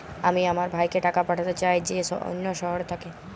আমি আমার ভাইকে টাকা পাঠাতে চাই যে অন্য শহরে থাকে